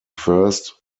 first